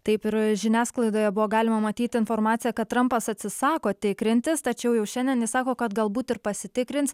taip ir žiniasklaidoje buvo galima matyti informaciją kad trampas atsisako tikrintis tačiau jau šiandien jis sako kad galbūt ir pasitikrins